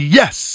yes